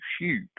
shoot